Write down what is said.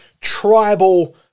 tribal